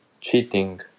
cheating